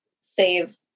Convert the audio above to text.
save